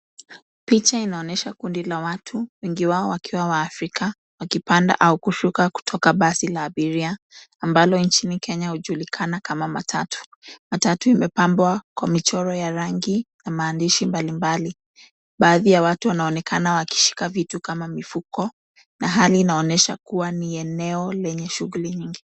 Picha inaonyesha kundi la watu wengi wao wakiwa waafrika wakipanda au kushuka kutoka basi la abiria ambalo nchini kenya hujulikana kama matatu. Matatu imepambwa kwa michoro ya rangi na maandishi mbalimbali. Baadhi ya watu wanaonekana wakishika vitu kama mifuko na hali inaonesha kuwa ni eneo lenye shughuli nyingi.